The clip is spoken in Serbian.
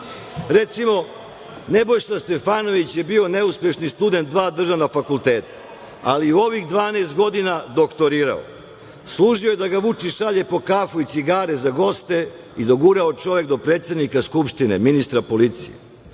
Recimo, Nebojša Stefanović je bio neuspešni student dva državna fakulteta, ali u ovih 12 godina doktorirao. Služio je da ga Vučić šalje po kafu i cigare za goste i dogurao čovek do predsednika Skupštine i ministra policije.